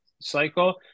cycle